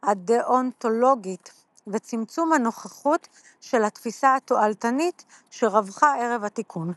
הדאונטולוגית וצמצום הנוכחות של התפיסה התועלתנית שרווחה ערב התיקון,